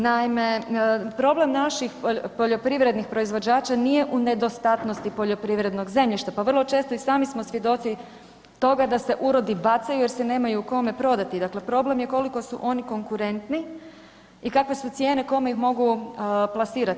Naime, problem naših poljoprivrednih proizvođača nije u nedostatnosti poljoprivrednih zemljišta, pa vrlo često smo i sami smo svjedoci toga da se urodi bacaju jer se nemaju kome prodati, dakle problem je koliko su oni konkurentni i kakve su cijene, kome ih mogu plasirati.